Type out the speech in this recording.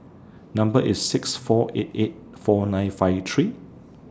Number IS six four eight eight four nine five three